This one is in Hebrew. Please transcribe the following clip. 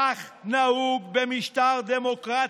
כך נהוג במשטר דמוקרטי.